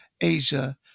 asia